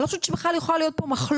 אני לא חושבת שבכלל יכולה להיות פה מחלוקת